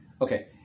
Okay